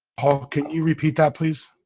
paul, can you repeat that please?